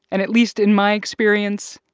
and at least in my experience,